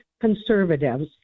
conservatives